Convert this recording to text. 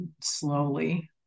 slowly